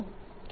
23 V છે